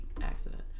accident